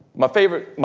my favorite,